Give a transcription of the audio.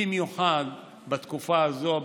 במיוחד בתקופה הזו.